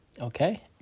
Okay